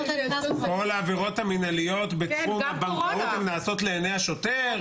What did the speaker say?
כל העבירות המנהליות בתחום הבנקאות הן נעשות לעיני השוטר?